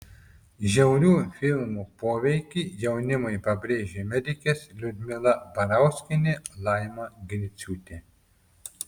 žiaurių filmų poveikį jaunimui pabrėžė medikės liudmila barauskienė laima griciūtė